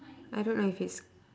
I don't know if it's